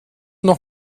noch